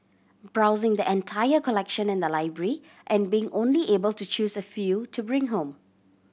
browsing the entire collection in the library and being only able to choose a few to bring home